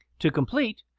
to complete,